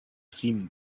riemen